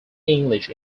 english